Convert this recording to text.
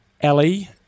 Ellie